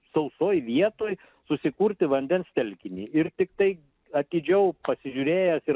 sausoj vietoj susikurti vandens telkinį ir tiktai atidžiau pasižiūrėjęs ir